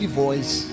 voice